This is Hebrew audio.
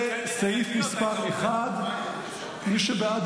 לסעיף מס' 1. מי שבעד,